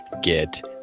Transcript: get